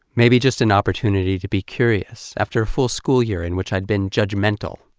maybe just an opportunity to be curious, after a full school year in which i'd been judgmental,